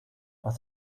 are